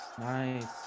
Nice